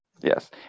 Yes